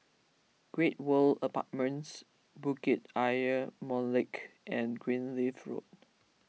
Great World Apartments Bukit Ayer Molek and Greenleaf Road